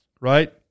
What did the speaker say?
Right